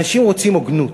אנשים רוצים הוגנות.